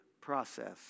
process